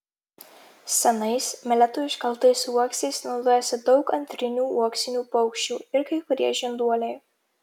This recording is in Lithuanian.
senais meletų iškaltais uoksais naudojasi daug antrinių uoksinių paukščių ir kai kurie žinduoliai